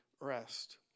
rest